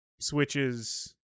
switches